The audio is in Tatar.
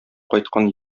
кайткан